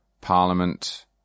Parliament